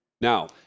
Now